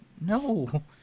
no